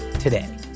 today